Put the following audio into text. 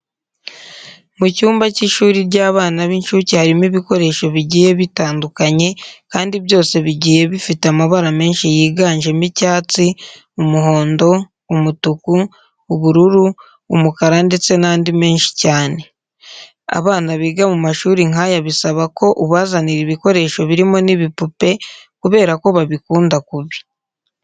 Mu cyumba cy'ishuri ry'abana b'inshuke harimo ibikoresho bigiye bitandukanye kandi byose bigiye bifite amabara menshi yiganjemo icyatsi, umuhondo, umutuku, ubururu, umukara ndetse n'andi menshi cyane. Abana biga mu mashuri nk'aya bisaba ko ubazanira ibikoresho birimo n'ibipupe kubera ko babikunda kubi.